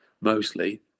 mostly